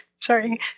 Sorry